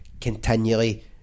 continually